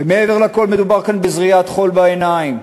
ומעבר לכול, מדובר כאן בזריית חול בעיניים.